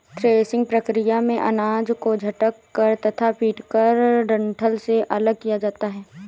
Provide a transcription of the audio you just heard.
threshing प्रक्रिया में अनाज को झटक कर तथा पीटकर डंठल से अलग किया जाता है